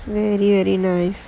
really really nice